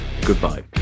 Goodbye